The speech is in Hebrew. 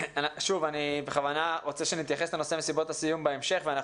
אני רוצה שנתייחס למסיבות הסיום בהמשך.